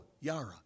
Yara